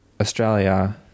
Australia